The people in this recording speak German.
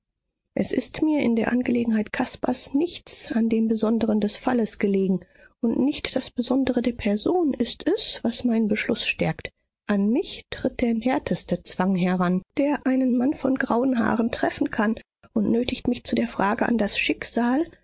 es ist mir in der angelegenheit caspars nichts an dem besonderen des falles gelegen und nicht das besondere der person ist es was meinen beschluß stärkt an mich tritt der härteste zwang heran der einen mann von grauen haaren treffen kann und nötigt mich zu der frage an das schicksal